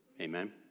Amen